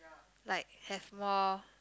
like have more